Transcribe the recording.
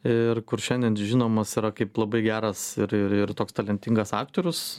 ir kur šiandien žinomas kaip labai geras ir ir ir toks talentingas aktorius